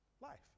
life